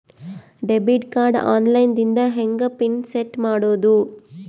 Debit card online ದಿಂದ ಹೆಂಗ್ pin set ಮಾಡೋದು?